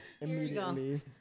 immediately